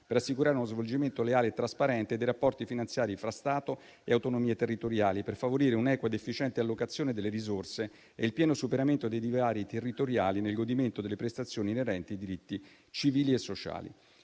per assicurare uno svolgimento leale e trasparente dei rapporti finanziari fra Stato e autonomie territoriali e per favorire un'equa ed efficiente allocazione delle risorse e il pieno superamento dei divari territoriali nel godimento delle prestazioni inerenti ai diritti civili e sociali.